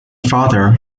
father